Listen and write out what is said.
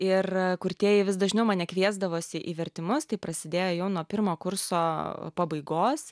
ir kurtieji vis dažniau mane kviesdavosi į vertimus tai prasidėjo jau nuo pirmo kurso pabaigos